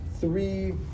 three